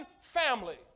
family